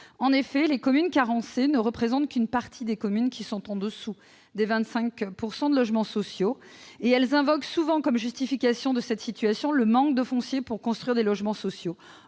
En effet, les communes carencées ne représentent qu'une partie des communes qui sont en dessous des 25 % de logements sociaux. Elles invoquent souvent, comme justification de cette situation, le manque de foncier pour construire des logements sociaux.